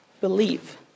believe